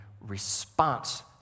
response